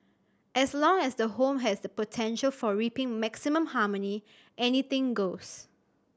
as long as the home has the potential for reaping maximum harmony anything goes